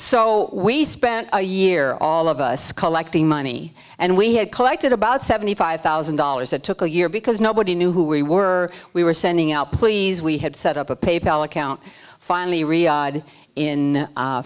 so we spent a year all of us collecting money and we had collected about seventy five thousand dollars it took a year because nobody knew who we were we were sending out please we had set up a pay pal account finally riyadh in